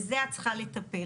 בזה את צריכה לטפל.